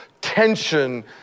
tension